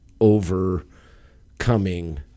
overcoming